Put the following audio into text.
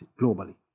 globally